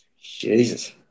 Jesus